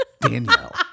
Danielle